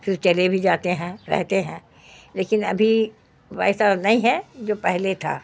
پھر چلے بھی جاتے ہیں رہتے ہیں لیکن ابھی ویسا نہیں ہے جو پہلے تھا